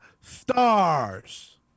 stars